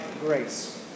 grace